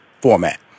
format